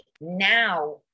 now